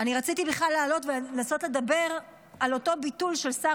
אני רציתי בכלל לעלות ולנסות לדבר על אותו ביטול של שר